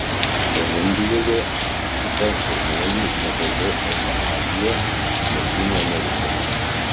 kolumbijoje įvykdyta pirmoji legali eutanazija lotynų amerikoje